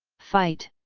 fight!